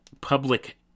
Public